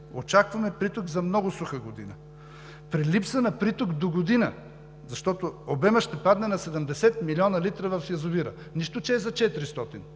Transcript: очакваме приток за много суха година, при липса на приток догодина, защото обемът ще падне на 70 милиона литра в язовира, нищо че е за 400